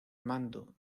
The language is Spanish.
mando